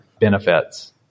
benefits